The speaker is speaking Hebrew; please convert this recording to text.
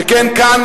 שכן כאן,